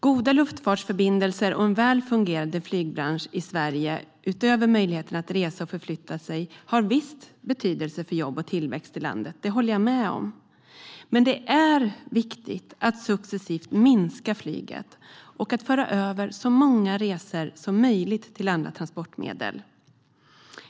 Goda luftfartsförbindelser och en väl fungerande flygbransch i Sverige, utöver möjligheten att resa och förflytta sig, har visst betydelse för jobb och tillväxt i landet. Det håller jag med om, men det är viktigt att successivt minska flyget och att föra över så många resor som möjligt till andra transportmedel.